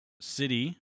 city